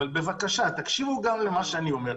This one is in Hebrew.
אבל תקשיבו למה שאני אומר,